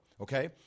okay